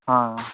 ହଁ